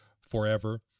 forever